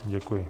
Děkuji.